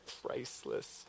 priceless